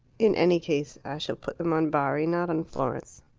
in any case i shall put them on bari, not on florence.